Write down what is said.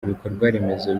ibikorwaremezo